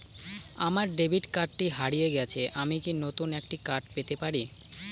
আমার ডেবিট কার্ডটি হারিয়ে গেছে আমি কি নতুন একটি কার্ড পেতে পারি?